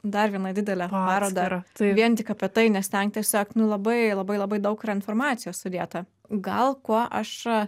dar vieną didelę parodą vien tik apie tai nes ten tiesiog nu labai labai labai daug informacijos sudėta gal ko aš